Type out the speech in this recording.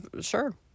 sure